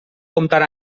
comptar